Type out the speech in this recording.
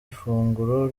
ifunguro